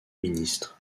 ministre